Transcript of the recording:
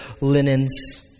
linens